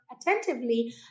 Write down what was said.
attentively